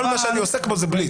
כל מה שאני עסק בו זה בליץ.